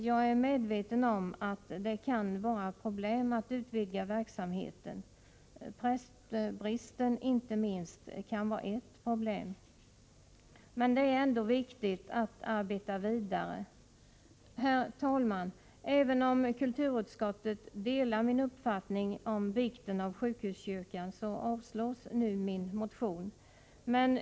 Jag är medveten om att det kan vara problem förknippade med att utvidga verksamheten — inte minst prästbristen kan vara ett problem. Men det är ändå mycket viktigt att arbeta vidare. Herr talman! Även om kulturutskottet delar min uppfattning om vikten av sjukhuskyrkans verksamhet, avstyrks nu min motion.